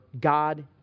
God